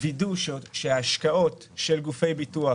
וידוא שהשקעות של גופי הביטוח,